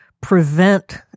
prevent